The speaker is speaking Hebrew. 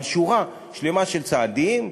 אבל שורה שלמה של צעדים,